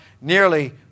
nearly